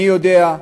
אני יודע,